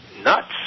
nuts